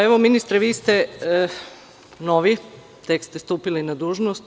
Evo, ministre, vi ste novi, tek ste stupili na dužnost.